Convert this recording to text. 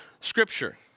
Scripture